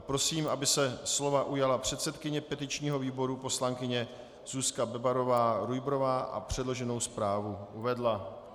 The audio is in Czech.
Prosím, aby se slova ujala předsedkyně petičního výboru poslankyně Zuzka BebarováRujbrová a předloženou zprávu uvedla.